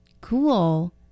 Cool